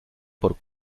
por